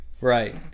right